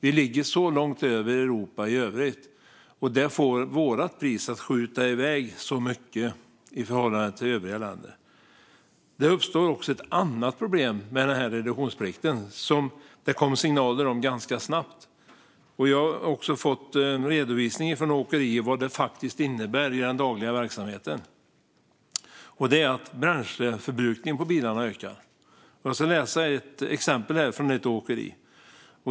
Vi ligger så långt över Europa i övrigt. Det får vårt pris att skjuta iväg så mycket i förhållande till övriga länders. Det uppstår också ett annat problem med reduktionsplikten som det kom signaler om ganska snabbt. Jag har fått en redovisning från åkerier för vad det innebär i den dagliga verksamheten. Bränsleförbrukningen för lastbilarna ökar. Jag ska läsa ett exempel här från ett åkeri.